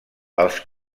els